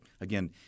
again